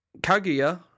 Kaguya